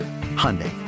Hyundai